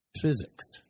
physics